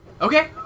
Okay